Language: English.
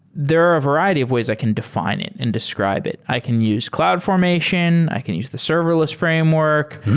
there are a variety of ways i can defi ne it and describe it. i can use cloud formation. i can use the serverless framework.